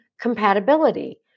compatibility